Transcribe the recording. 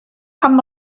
amb